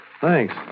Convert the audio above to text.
Thanks